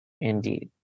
Indeed